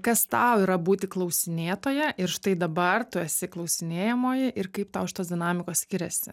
kas tau yra būti klausinėtoja ir štai dabar tu esi klausinėjamoji ir kaip tau šitos dinamikos skiriasi